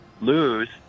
lose